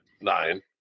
nine